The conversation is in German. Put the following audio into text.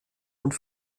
und